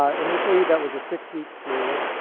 ah initially, that was a six-week period,